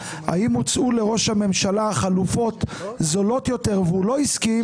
האם הוצעו לראש הממשלה חלופות זולות יותר והוא לא הסכים